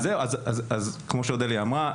אז כמו שאודליה אמרה,